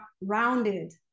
rounded